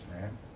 man